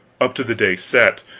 up to the day set,